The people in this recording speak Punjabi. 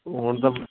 ਹੁਣ ਤਾਂ